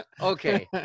okay